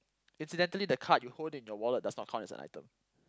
incidentally the card you hold in your wallet does not count as an item